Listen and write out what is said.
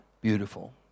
beautiful